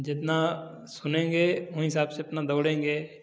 जितना सुनेगें वही हिसाब से अपना दौड़ेंगे